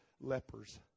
lepers